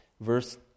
Verse